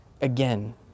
again